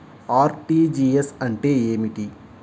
RTGS అంటే ఏమిటి?